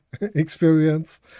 experience